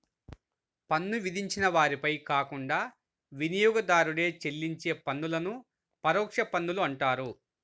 పన్ను విధించిన వారిపై కాకుండా వినియోగదారుడే చెల్లించే పన్నులను పరోక్ష పన్నులు అంటారు